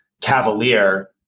cavalier